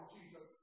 Jesus